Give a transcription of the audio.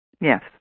Yes